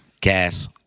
Gas